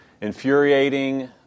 infuriating